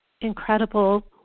incredible